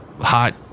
hot